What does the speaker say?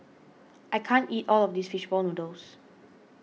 I can't eat all of this Fish Ball Noodles